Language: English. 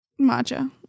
matcha